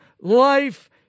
life